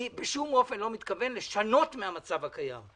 אני בשום אופן לא מתכוון לשנות מהמצב הקיים,